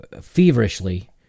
feverishly